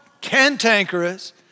cantankerous